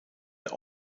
der